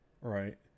Right